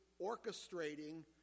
orchestrating